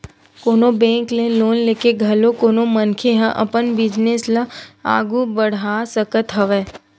कोनो बेंक ले लोन लेके घलो कोनो मनखे ह अपन बिजनेस ल आघू बड़हा सकत हवय